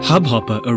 Hubhopper